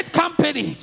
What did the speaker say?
company